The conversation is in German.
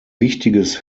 wichtiges